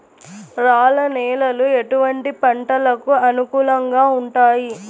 రాళ్ల నేలలు ఎటువంటి పంటలకు అనుకూలంగా ఉంటాయి?